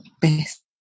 best